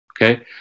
Okay